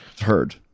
heard